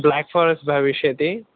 Black Forest भविष्यति